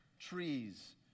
Trees